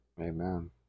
Amen